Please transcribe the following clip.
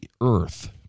earth